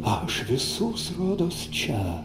aš visus rodos čia